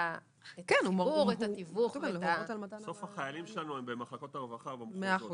את החיבור ואת התיווך --- החיילים שלנו הם במחלקות הרווחה במחוזות,